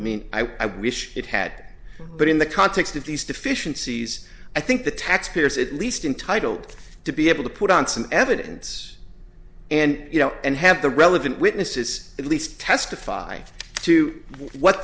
i mean i wish it had but in the context of these deficiencies i think the taxpayers at least intitled to be able to put on some evidence and you know and have the relevant witnesses at least testify to what